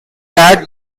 that